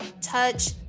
touch